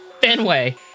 Fenway